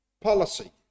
policy